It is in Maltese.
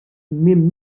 minn